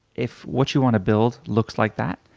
if what you want to build looks like that,